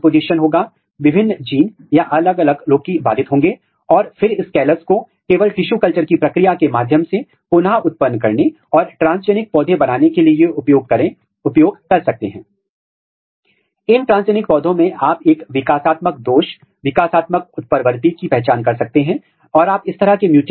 यहां पर आप प्रमोटर ट्रैकिंग पर ज्यादा ध्यान देंगे यदि आपको एक अपनी रूचि के अनुसार एक प्रमोटर को ट्रैक करना है यदि आप एक जीन की पहचान करना चाहते और मान लेते हैं कि हैं की इसकी अभिव्यक्ति पतियों में हुई है अथवा यह केवल पैटर्न में ही अभिव्यक्त हुआ है और यदि आप रिवर्स जेनेटिक आधारित अध्ययन के लिए उस तरह के जीन की पहचान करना चाहते हैं तो आप यह कैसे कर सकते हैं